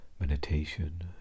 meditation